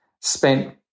spent